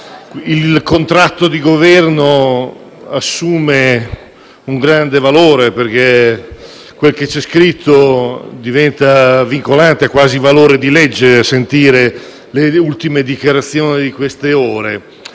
il contratto di Governo assume un grande valore, perché quello che c'è scritto diventa vincolante, ha quasi valore di legge a sentire le ultime dichiarazioni di queste ore.